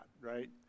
right